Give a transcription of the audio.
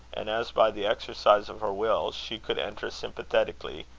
and as by the exercise of her will she could enter sympathetically,